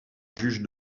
juge